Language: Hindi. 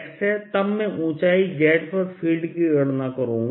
तब मैं ऊंचाई z पर फील्ड की गणना करूंगा